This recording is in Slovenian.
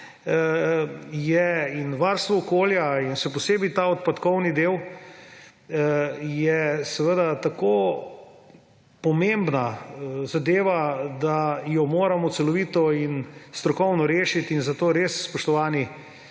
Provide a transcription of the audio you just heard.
in varstvo okolja in še posebej ta odpadkovni del seveda tako pomembna zadeva, da jo moramo celovito in strokovno rešiti in zato res, spoštovani,